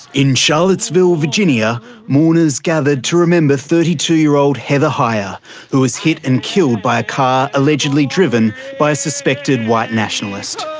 in charlottesville virginia, mourners gathered to remember thirty two year old heather heyer who was hit and killed by a car, allegedly driven by a suspected white nationalist.